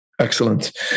Excellent